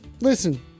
Listen